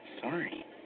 Sorry